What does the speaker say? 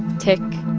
tick,